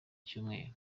icyumweru